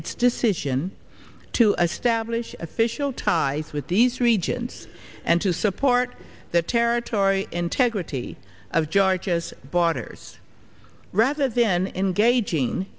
its decision to a stablish official ties with these regions and to support the territory integrity of georgia's bothers rather than engaging